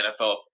nfl